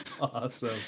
Awesome